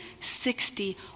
sixty